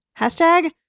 hashtag